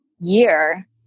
year